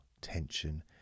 tension